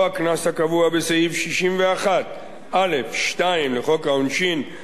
או הקנס הקבוע בסעיף 61(א)(2) לחוק העונשין,